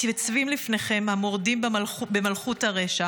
מתייצבים לפניכם המורדים במלכות הרשע